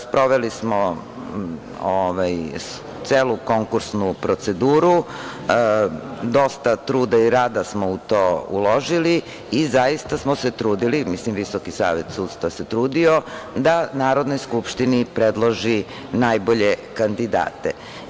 Sproveli smo celu konkursnu proceduru, dosta truda i rada smo u to uložili i zaista smo se trudili, mislim VSS se trudio da Narodnoj skupštini predloži najbolje kandidate.